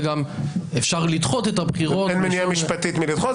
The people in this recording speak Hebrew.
וגם אפשר לדחות את הבחירות --- אין מניעה משפטית מלדחות,